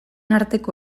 arteko